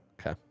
Okay